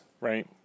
right